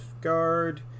Guard